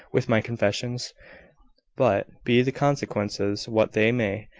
with my confessions but, be the consequences what they may,